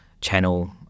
channel